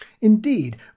Indeed